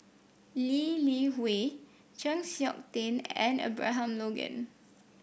Lee Li Hui Chng Seok Tin and Abraham Logan